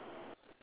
ya